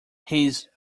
his